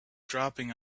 dropping